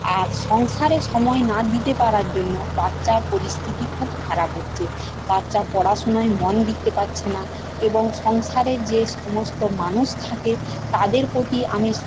আর সংসারে সময় না দিতে পারার জন্য বাচ্চার পরিস্থিতি খুব খারাপ হচ্ছে বাচ্চা পড়াশুনায় মন দিতে পারছে না এবং সংসারের যে সমস্ত মানুষ থাকে তাদের প্রতি আমি